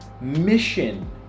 mission